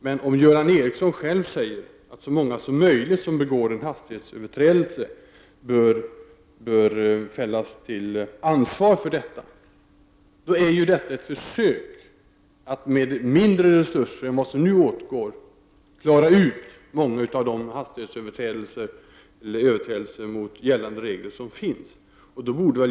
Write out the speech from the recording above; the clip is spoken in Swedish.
Men om Göran Ericsson själv säger att så många som möjligt av dem som begår hastighetsöverträdelse bör fällas till ansvar, är då detta ett försök att med mindre resurser än vad som nu åtgår klara ut många av de hastighetsöverträdelser och andra överträdelser mot gällande regler som nu förekommer?